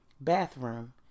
bathroom